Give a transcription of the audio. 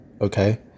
Okay